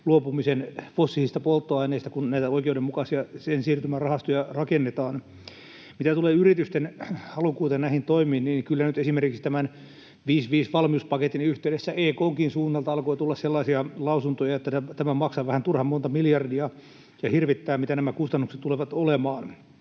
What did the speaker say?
luopumisen fossiilisista polttoaineista, kun näitä oikeudenmukaisia siirtymärahastoja rakennetaan. Mitä tulee yritysten halukkuuteen näihin toimiin, niin kyllä nyt esimerkiksi 55‑valmiuspaketin yhteydessä EK:nkin suunnalta alkoi tulla sellaisia lausuntoja, että tämä maksaa vähän turhan monta miljardia ja hirvittää, mitä nämä kustannukset tulevat olemaan.